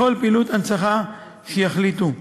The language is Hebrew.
לכל פעילות הנצחה שהם יחליטו עליה,